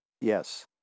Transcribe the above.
Yes